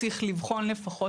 צריך לבחון לפחות,